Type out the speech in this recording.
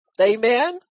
Amen